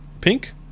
pink